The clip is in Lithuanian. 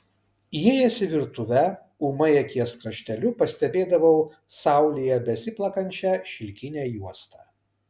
įėjęs į virtuvę ūmai akies krašteliu pastebėdavau saulėje besiplakančią šilkinę juostą